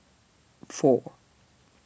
four